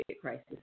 crisis